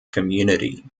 community